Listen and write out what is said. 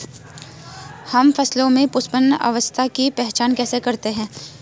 हम फसलों में पुष्पन अवस्था की पहचान कैसे करते हैं?